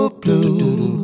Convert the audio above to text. blue